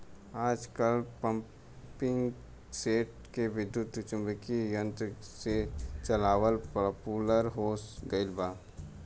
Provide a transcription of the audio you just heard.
आजकल पम्पींगसेट के विद्युत्चुम्बकत्व यंत्र से चलावल पॉपुलर हो गईल बा